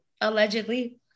allegedly